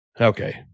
Okay